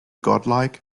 godlike